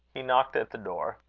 he knocked at the door.